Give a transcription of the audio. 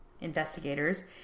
investigators